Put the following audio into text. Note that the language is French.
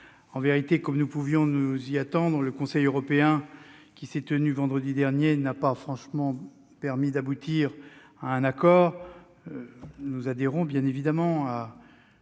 En vérité, comme nous pouvions nous y attendre, le Conseil européen qui s'est tenu vendredi dernier n'a pas vraiment permis d'aboutir à un accord. Nous adhérons bien évidemment au